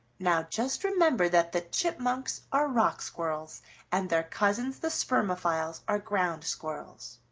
now just remember that the chipmunks are rock squirrels and their cousins the spermophiles are ground squirrels.